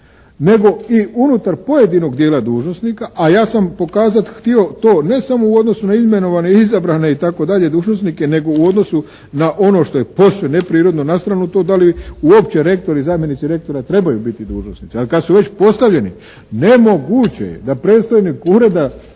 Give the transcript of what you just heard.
nego i unutar pojedinog dijela dužnosnika, a ja sam pokazat htio to ne samo u odnosu na imenovane i zabrane itd., dužnosnike nego u odnosu na ono što je posve neprirodno. Na stranu to da li uopće rektori i zamjenici rektora trebaju biti dužnosnici? Ali kad su već postavljeni nemoguće je da predstojnik Ureda